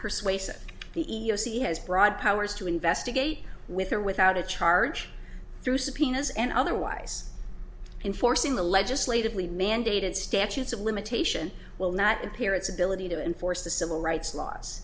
persuasive the e e o c has broad powers to investigate with or without a charge through subpoenas and otherwise enforcing the legislatively mandated statutes of limitation will not impair its ability to enforce the civil rights laws